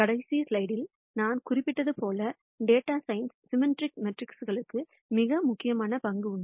கடைசி ஸ்லைடில் நான் குறிப்பிட்டது போல டேட்டா சயின்ஸ் சிம்மெட்ரிக் மேட்ரிக்குகளுக்கு மிக முக்கியமான பங்கு உண்டு